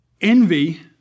Envy